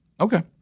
Okay